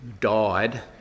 died